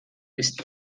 ist